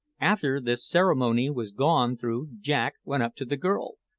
after this ceremony was gone through jack went up to the girl,